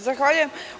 Zahvaljujem.